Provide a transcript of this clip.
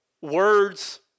words